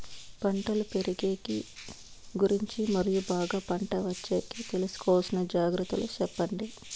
పంటలు పెరిగేకి గురించి మరియు బాగా పంట వచ్చేకి తీసుకోవాల్సిన జాగ్రత్త లు సెప్పండి?